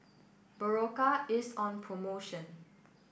Berocca is on promotion